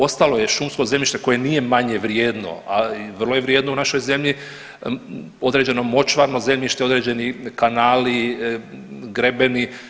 Ostalo je šumsko zemljište koje nije manje vrijedno, a vrlo je vrijedno u našoj zemlji, određeno močvarno zemljište, određeni kanali, grebeni.